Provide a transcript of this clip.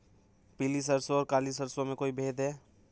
पीली सरसों और काली सरसों में कोई भेद है?